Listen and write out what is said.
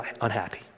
unhappy